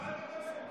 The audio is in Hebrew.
על מה אתה מדבר?